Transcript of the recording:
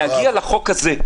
להגיע לחוק הזה,